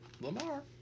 Lamar